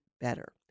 better